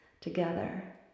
together